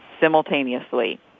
simultaneously